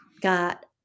got